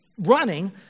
Running